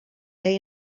day